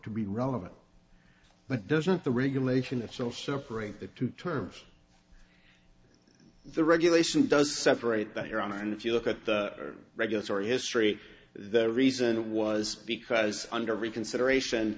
to be relevant but doesn't the regulation itself separate the two terms the regulation does separate that you're on and if you look at the regulatory history the reason was because under reconsideration